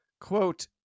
quote